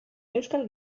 euskal